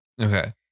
Okay